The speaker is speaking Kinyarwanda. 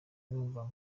numva